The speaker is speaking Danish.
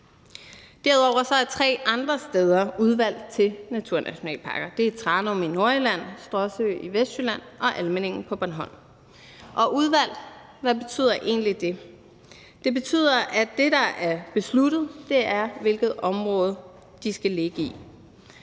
Derudover er tre andre steder udvalgt til naturnationalparker, nemlig Tranum i Nordjylland, Stråsø i Vestjylland og Almindingen på Bornholm. Og hvad betyder egentlig »udvalgt«? Det betyder, at det, der er besluttet, er, hvilket område de skal ligge i.